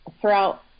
throughout